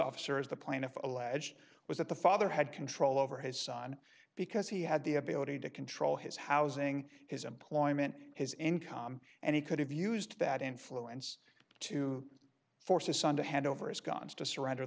officers the plaintiff allege was that the father had control over his son because he had the ability to control his housing his employment his income and he could have used that influence to force his son to hand over his guns to surrender